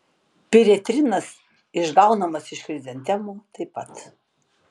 piretrinas išgaunamas iš chrizantemų taip pat